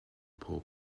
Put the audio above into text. pob